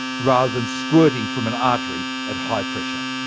rather than squirting from an artery at high pressure.